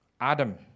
Adam